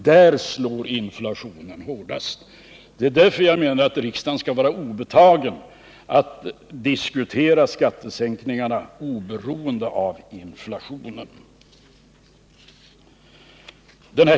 Därför menar jag att det skall vara riksdagen obetaget att diskutera skattesänkningarna oberoende av inflationen.